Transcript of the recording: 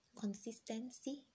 Consistency